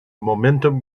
momentum